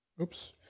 Oops